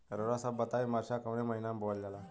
रउआ सभ बताई मरचा कवने महीना में बोवल जाला?